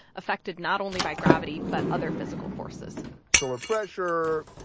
affected not only by gravity but other physical forces solar pressure,